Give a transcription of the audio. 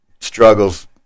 struggles